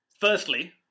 Firstly